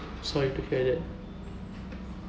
sorry to hear that